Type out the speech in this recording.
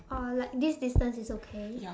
or like this distance is okay